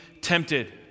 tempted